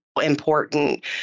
important